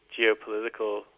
geopolitical